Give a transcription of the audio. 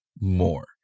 more